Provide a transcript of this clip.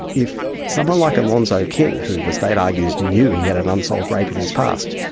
if someone like alonzo king, who the state argues knew he had an unsolved rape in his past,